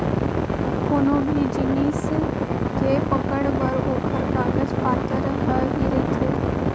कोनो भी जिनिस के पकड़ बर ओखर कागज पातर ह ही रहिथे